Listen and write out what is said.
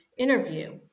Interview